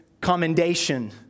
commendation